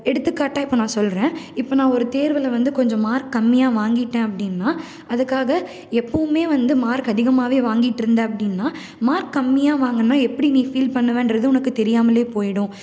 எடுத்துக்காட்டால் இப்போ நான் சொல்கிறேன் இப்போ நான் ஒரு தேர்வில் வந்து கொஞ்சம் மார்க் கம்மியாக வாங்கிவிட்டேன் அப்படின்னா அதுக்காக எப்பவுமே வந்து மார்க் அதிகமாகவே வாங்கிட்டிருந்த அப்படின்னா மார்க் கம்மியாக வாங்கினா எப்படி நீ ஃபீல் பண்ணுவேன்றது உனக்கு தெரியாமல் போயிடும்